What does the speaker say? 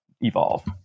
evolve